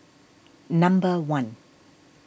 number one